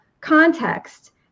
context